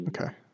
Okay